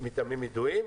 מטעמים ידועים.